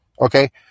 Okay